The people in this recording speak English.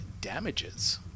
damages